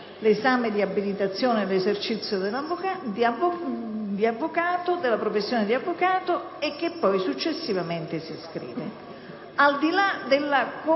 l'esame di abilitazione all'esercizio della professione di avvocato e che successivamente si iscrive. Al di là della